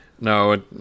No